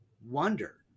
wonder